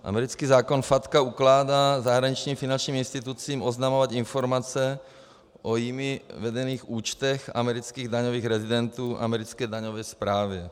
Americký zákon FATCA ukládá zahraničním finančním institucím oznamovat informace o jimi vedených účtech amerických daňových rezidentů americké daňové správě.